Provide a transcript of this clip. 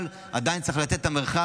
אבל עדיין צריך לתת את המרחב.